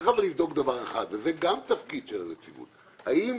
צריך לבדוק דבר אחד וזה גם תפקידה של הנציבות האם